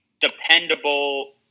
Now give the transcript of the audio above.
dependable